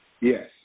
Yes